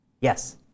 Yes